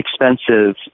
expensive